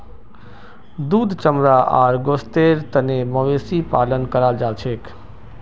दूध चमड़ा आर गोस्तेर तने मवेशी पालन कराल जाछेक